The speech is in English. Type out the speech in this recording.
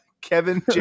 kevin